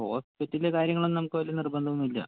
hospital കാര്യങ്ങളൊന്നും നമുക്ക് വലിയ നിർബന്ധമൊന്നുമില്ല ഇല്ല